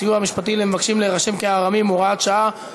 סיוע משפטי למבקשים להירשם כארמים) (הוראת שעה),